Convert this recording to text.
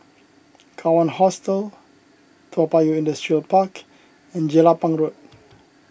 Kawan Hostel Toa Payoh Industrial Park and Jelapang Road